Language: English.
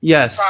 Yes